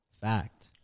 Fact